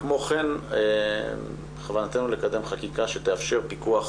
כמו כן בכוונתנו לקדם חקיקה שתאפשר פיקוח